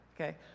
okay